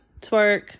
twerk